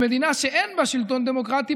במדינה שאין בה שלטון דמוקרטי,